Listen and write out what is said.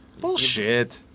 Bullshit